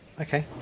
okay